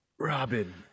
Robin